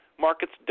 Markets